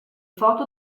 foto